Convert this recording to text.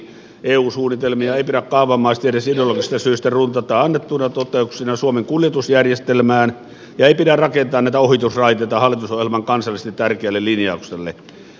eu suunnitelmia ei pidä kaavamaisesti edes ideologisista syistä runtata annettuina totuuksina suomen kuljetusjärjestelmään ja ei pidä rakentaa näitä ohitusraiteita hallitusohjelman kansallisesti tärkeälle linjaukselle